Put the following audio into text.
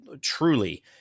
truly